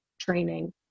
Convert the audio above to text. training